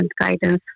guidance